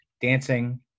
dancing